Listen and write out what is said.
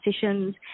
sessions